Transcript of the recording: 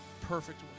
perfect